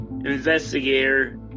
investigator